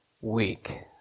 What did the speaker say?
week